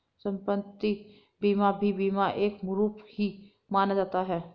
सम्पत्ति बीमा भी बीमा का एक रूप ही माना जाता है